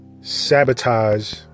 sabotage